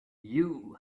you